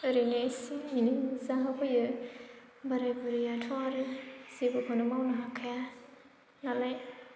ओरैनो इसे एनै जाहो फैयो बोराय बुरियाथ' आरो जेबोखौनो मावनो हाखाया नालाय